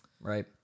Right